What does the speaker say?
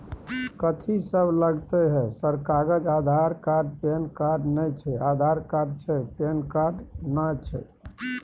कथि सब लगतै है सर कागज आधार कार्ड पैन कार्ड नए छै आधार कार्ड छै पैन कार्ड ना छै?